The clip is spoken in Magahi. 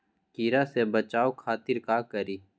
कीरा से बचाओ खातिर का करी?